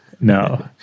No